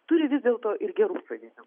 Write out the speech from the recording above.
turi vis dėlto ir gerų savybių